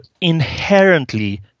inherently